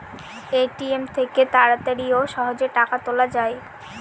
ATM থেকে তাড়াতাড়ি ও সহজেই টাকা তোলা যায়